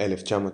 1990